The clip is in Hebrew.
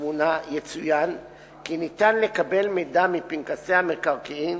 התמונה יצוין כי אפשר לקבל מידע מפנקסי המקרקעין